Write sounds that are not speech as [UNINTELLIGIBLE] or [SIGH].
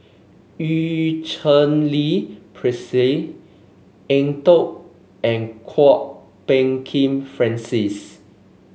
Eu Cheng Li [UNINTELLIGIBLE] Eng Tow and Kwok Peng Kin Francis